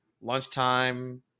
lunchtime